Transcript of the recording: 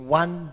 one